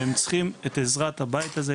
והם צריכים את עזרת הבית הזה,